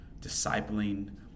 discipling